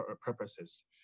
purposes